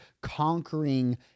conquering